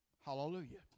Hallelujah